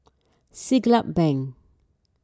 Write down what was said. Siglap Bank